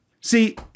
See